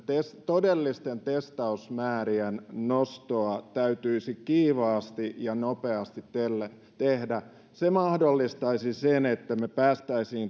todellisten testausmäärien nostoa täytyisi kiivaasti ja nopeasti tehdä se mahdollistaisi sen että me pääsisimme